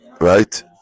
right